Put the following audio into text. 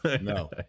no